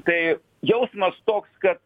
tai jausmas toks kad